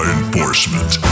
Enforcement